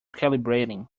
calibrating